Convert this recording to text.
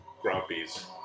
Grumpy's